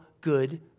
good